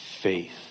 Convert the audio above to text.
faith